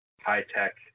high-tech